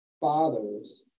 fathers